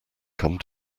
come